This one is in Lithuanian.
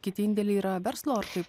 kiti indėliai yra verslo ar kaip